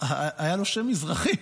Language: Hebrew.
היה לו שם מזרחי.